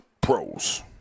pros